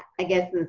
i guess